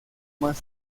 más